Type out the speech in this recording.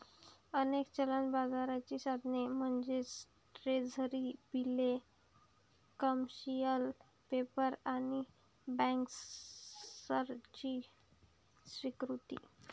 अनेक चलन बाजाराची साधने म्हणजे ट्रेझरी बिले, कमर्शियल पेपर आणि बँकर्सची स्वीकृती